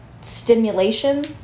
stimulation